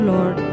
Lord